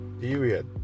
Period